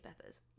Peppers